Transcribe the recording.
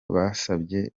basabye